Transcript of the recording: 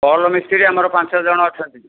ଭଲ ମିସ୍ତ୍ରୀ ଆମର ପାଞ୍ଚ ଜଣ ଅଛନ୍ତି